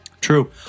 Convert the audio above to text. True